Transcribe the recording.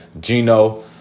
Gino